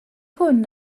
hwn